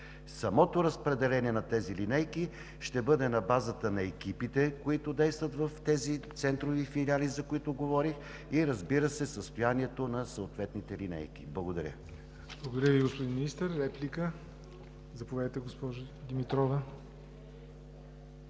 Самото разпределение на тези линейки ще бъде на базата на екипите, които действат в тези центрове и филиали, за които говорих, и състоянието на съответните линейки. Благодаря. ПРЕДСЕДАТЕЛ ЯВОР НОТЕВ: Благодаря Ви, господин Министър. Реплика? Заповядайте, госпожо Димитрова.